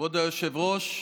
כבוד היושב-ראש,